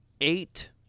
eight